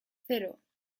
cero